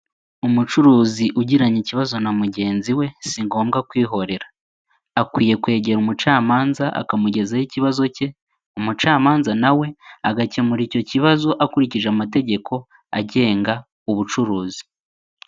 Umucuruzi ugiranye ikibazo na mugenzi we si ngombwa kwihorera, akwiye kwegera umucamanza akamugezaho ikibazo cye, umucamanza na we agakemura icyo kibazo akurikije amategeko agenga ubucuruzi.